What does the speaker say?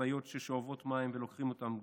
משאיות ששואבות מים ולוקחות אותם,